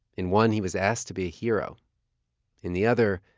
in one, he was asked to be a hero in the other,